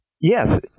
Yes